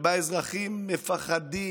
שבה אזרחים מפחדים,